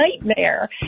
nightmare